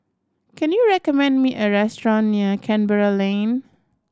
can you recommend me a restaurant near Canberra Lane